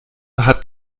hat